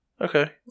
Okay